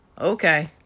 Okay